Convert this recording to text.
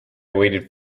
waited